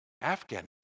Afghan